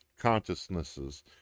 consciousnesses